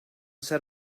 said